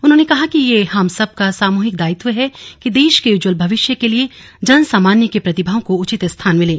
उन्होंने कहा कि ये हम सब का सामूहिक दायित्व है कि देश के उज्ज्वल भविष्य के लिए जन सामान्य की प्रतिभाओं को उचित स्थान मिले